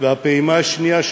והפעימה השנייה,